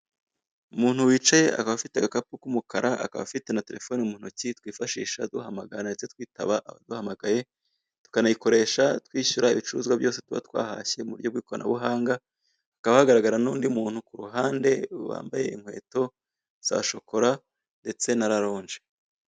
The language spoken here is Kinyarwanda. Umuntu wicaye akaba afite agakapu k'umukara, akaba afite na telefoni mu ntoki twifashisha duhamagara ndetse twitaba abaduhamagaye, tukanayikoresha twishyura ibicuruzwa byose tuba twahashye mu buryo bw'ikoranabuhanga, hakaba hagaragara n'undi muntu ku ruhande bambaye inkweto za shokora ndetse na raronje.